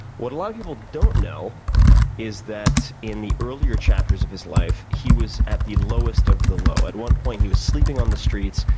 what a lot of people don't know is that in the earlier chapters of his life, he was at the lowest of the low. at one point, he was sleeping on the streets,